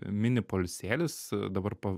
mini poilsėlis dabar pa